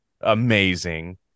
amazing